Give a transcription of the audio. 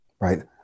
right